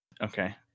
Okay